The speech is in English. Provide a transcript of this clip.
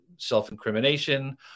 self-incrimination